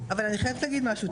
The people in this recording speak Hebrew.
אבל אני חייבת להגיד משהו,